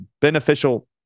beneficial